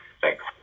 Thanks